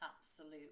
absolute